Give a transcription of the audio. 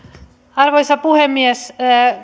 arvoisa puhemies